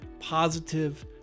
positive